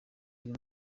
uyu